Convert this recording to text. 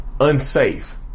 unsafe